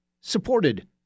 supported